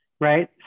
right